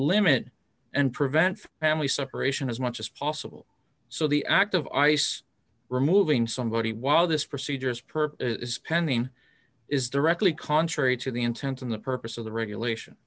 limit and prevent family separation as much as possible so the act of ice removing somebody while this procedures per is pending is directly contrary to the intent and the purpose of the regulation